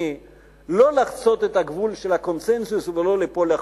לא לחצות את הגבול של הקונסנזוס ולא ליפול החוצה.